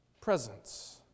presence